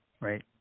right